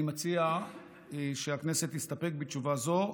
אני מציע שהכנסת תסתפק בתשובה זו,